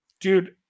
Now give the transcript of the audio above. dude